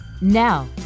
Now